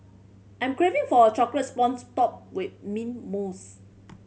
I'm craving for a chocolate sponge topped with mint mousse